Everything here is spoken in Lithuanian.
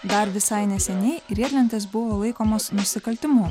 dar visai neseniai riedlentės buvo laikomos nusikaltimu